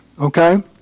Okay